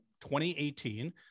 2018